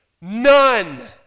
None